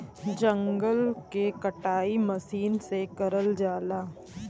जंगल के कटाई मसीन से करल जाला